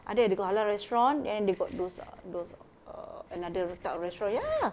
ada they got halal restaurant then they got those uh those uh another type of restaurant ya